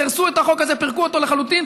סירסו את החוק הזה, פירקו אותו לחלוטין.